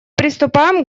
приступаем